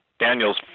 Daniel's